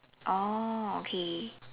oh okay